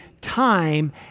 time